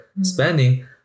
spending